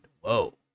whoa